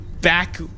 back